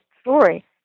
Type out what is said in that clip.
story